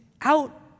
out